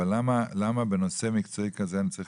אבל למה בנושא מקצועי כזה אני צריך